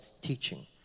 teaching